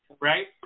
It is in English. Right